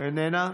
איננה.